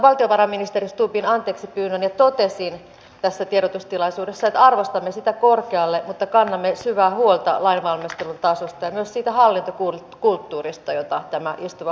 sen lisäksi että tätä kautta syntyy suomalaista työtä tätä kautta syntyy myös suomalaista huoltovarmuutta niille ajoille kun ja jos siihen tarvetta aikanaan syntyy